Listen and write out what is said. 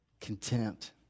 Contempt